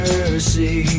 Mercy